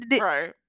right